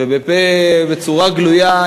ובצורה גלויה,